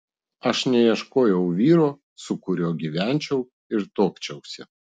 aš neieškojau vyro su kuriuo gyvenčiau ir tuokčiausi